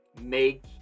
make